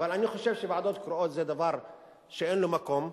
אבל אני חושב שוועדות קרואות זה דבר שאין לו מקום.